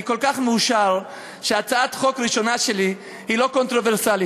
אני כל כך מאושר שהצעת החוק הראשונה שלי היא לא קונטרוברסלית,